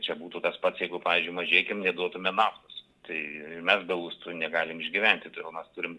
čia būtų tas pats jeigu pavyzdžiui mažeikiam neduotume naftos tai mes be lustų negalim išgyventi todėl mes turim